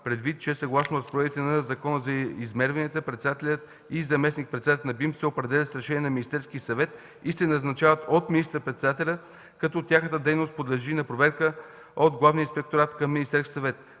предвид, че съгласно разпоредбите на Закона за измерванията, председателят и заместник-председателят на БИМ се определят с решение на Министерския съвет и се назначават от министър-председателя, като тяхната дейност подлежи на проверка от Главния инспекторат към Министерския съвет.